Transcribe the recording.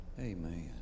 Amen